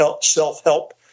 self-help